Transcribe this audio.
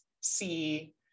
see